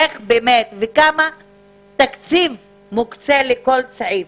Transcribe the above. איך באמת וכמה תקציב מוקצה לכל סעיף.